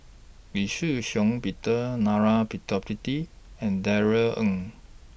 Lee Shih Shiong Peter Narana Putumaippittan and Darrell Ang